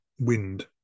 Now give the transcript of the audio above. wind